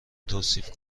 توصیف